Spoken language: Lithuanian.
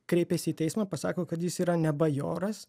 kreipiasi į teismą pasako kad jis yra ne bajoras